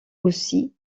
aussi